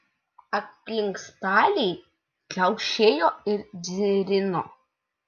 aplink staliai kaukšėjo ir dzirino